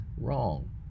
wrong